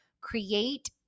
create